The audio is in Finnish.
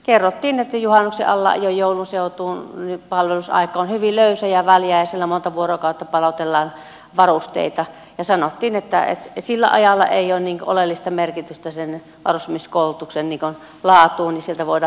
kerrottiin että juhannuksen alla ja joulun seutuna palvelusaika on hyvin löysä ja väljä ja siellä monta vuorokautta palautellaan varusteita ja sanottiin että sillä ajalla ei ole niin oleellista merkitystä sen varusmieskoulutuksen laadun kannalta että sieltä voidaan hyvin sitä vähentää